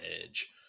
edge